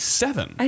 seven